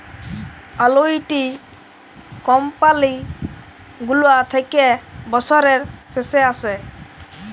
আলুইটি কমপালি গুলা থ্যাকে বসরের শেষে আসে